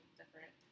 different